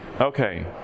Okay